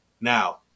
Now